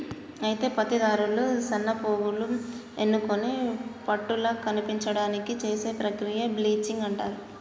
అయితే పత్తి దారాలు సన్నపోగులు ఎన్నుకొని పట్టుల కనిపించడానికి చేసే ప్రక్రియ బ్లీచింగ్ అంటారు